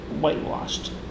whitewashed